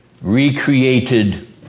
Recreated